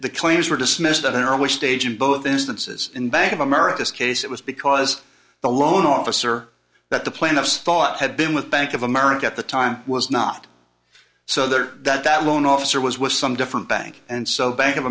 these were dismissed at an early stage in both instances in bank of america's case it was because the loan officer that the plaintiffs thought had been with bank of america at the time was not so there that that loan officer was with some different bank and so bank of